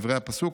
כדברי הפסוק: